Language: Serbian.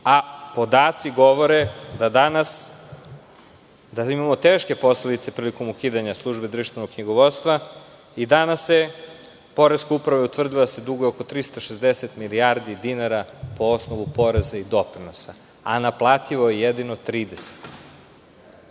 a podaci govore da danas imamo teške posledice prilikom ukidanja Službe društvenog knjigovodstva, i danas poreska uprava je utvrdila da se duguje oko 360 milijardi dinara po osnovu poreza i doprinosa, a naplativo je jedino 30.To